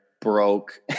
broke